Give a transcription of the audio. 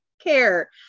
care